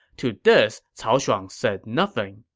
to this, cao shuang said nothing.